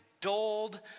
dulled